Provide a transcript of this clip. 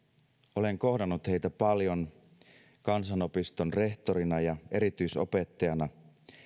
olen kohdannut heitä paljon kansanopiston rehtorina ja erityisopettajana